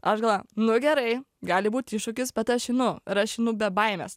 aš galvoju nu gerai gali būt iššūkis bet aš einu ir aš einu be baimės